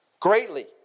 GREATLY